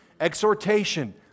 exhortation